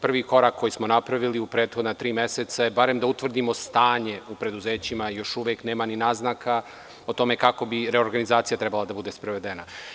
Prvi korak koji smo napravili u prethodna tri meseca je barem da utvrdimo stanje u preduzećima i još uvek nema ni naznaka o tome kako bi reorganizacija trebalo da bude sprovedena.